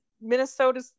Minnesota